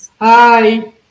Hi